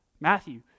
Matthew